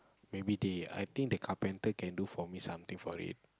maybe they I think the carpenter can do for me something for it